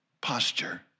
posture